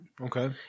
Okay